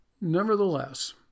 Nevertheless